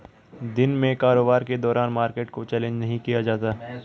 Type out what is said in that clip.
दिन में कारोबार के दौरान मार्केट को चैलेंज नहीं किया जाता